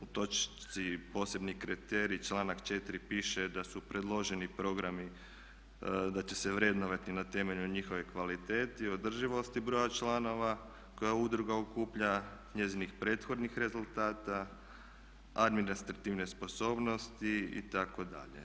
U točci posebni kriteriji članak 4. piše da su predloženi programi da će se vrednovati na temelju njihove kvalitete i održivosti broja članova koje udruga okuplja, njezinih prethodnih rezultata, administrativne sposobnosti itd.